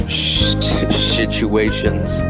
situations